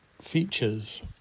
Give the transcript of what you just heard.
features